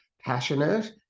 passionate